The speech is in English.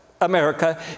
America